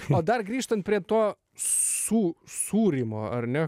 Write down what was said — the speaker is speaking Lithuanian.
malda grįžtant prie to su sūrymo ar ne